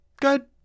Good